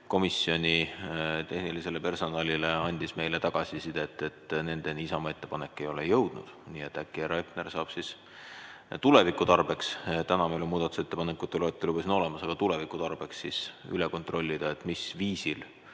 komisjoni tehnilisele personalile andis meile tagasisidet, et nendeni Isamaa ettepanek ei ole jõudnud. Nii et äkki härra Hepner saab siis tuleviku tarbeks, täna meil on muudatusettepanekute loetelu siin olemas, aga tuleviku tarbeks üle kontrollida, mis viisil